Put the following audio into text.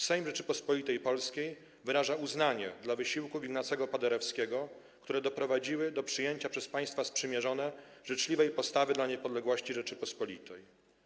Sejm Rzeczypospolitej Polskiej wyraża uznanie dla wysiłków Ignacego Paderewskiego, które doprowadziły do przyjęcia przez państwa sprzymierzone życzliwej postawy dla niepodległości Rzeczypospolitej.